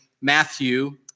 Matthew